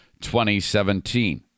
2017